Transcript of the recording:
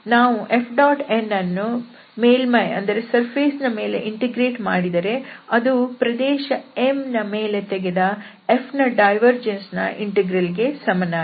ನಾವು Fn ಅನ್ನು ಮೇಲ್ಮೈ ಯ ಮೇಲೆ ಇಂಟೆಗ್ರೇಟ್ ಮಾಡಿದರೆ ಅದು ಪ್ರದೇಶ M ನ ಮೇಲೆ ತೆಗೆದ F ನ ಡೈವರ್ಜೆನ್ಸ್ ನ ಇಂಟೆಗ್ರಲ್ ಗೆ ಸಮನಾಗಿದೆ